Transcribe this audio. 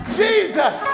jesus